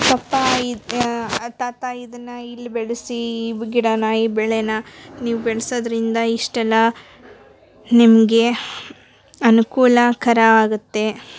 ಪಪ್ಪಾಯಿ ತಾತ ಇದನ್ನು ಇಲ್ಲಿ ಬೆಳೆಸಿ ಈ ಗಿಡನ ಈ ಬೆಳೆನ ನೀವು ಬೆಳೆಸೋದ್ರಿಂದ ಇಷ್ಟೆಲ್ಲ ನಿಮಗೆ ಅನುಕೂಲಕರ ಆಗುತ್ತೆ